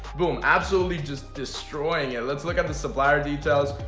boom. absolutely. just destroying it let's look at the supplier details.